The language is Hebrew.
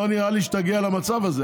לא נראה שתגיע למצב הזה,